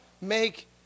make